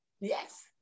yes